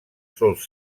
sol